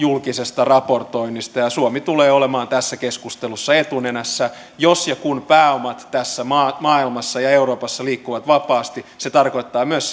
julkisesta raportoinnista ja ja suomi tulee olemaan tässä keskustelussa etunenässä jos ja kun pääomat tässä maailmassa ja euroopassa liikkuvat vapaasti se tarkoittaa myös